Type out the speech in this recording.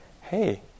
hey